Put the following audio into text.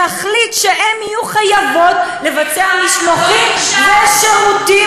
להחליט שהן יהיו חייבות לבצע משלוחים ושירותים,